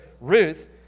Ruth